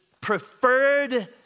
preferred